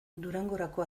durangorako